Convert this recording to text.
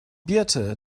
birte